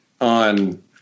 on